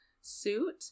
suit